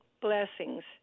blessings